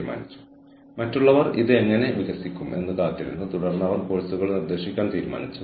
ഞാൻ washing machine വിൽക്കുകയാണെങ്കിൽ നിങ്ങൾ അത് വാങ്ങുവാൻ ആ വാഷിംഗ് മെഷീന് വില്പനയ്ക്ക് ശേഷം ആ സേവനവും വിൽക്കാം എന്ന് ആരോ എവിടെയോ തീരുമാനിച്ചു